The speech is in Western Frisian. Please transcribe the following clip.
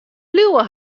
liuwe